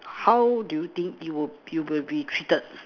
how do you think it will you will be treated